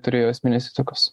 turėjo esminės įtakos